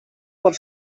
por